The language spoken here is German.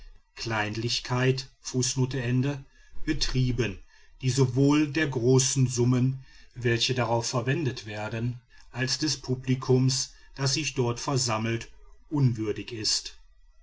betrieben die sowohl der großen summen welche darauf verwendet werden als des publikums das sich dort versammelt unwürdig ist